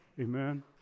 Amen